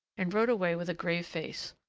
and rode away with a grave face,